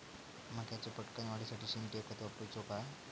मक्याचो पटकन वाढीसाठी सेंद्रिय खत वापरूचो काय?